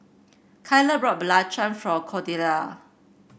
Kyler brought belacan for Cordella